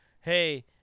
hey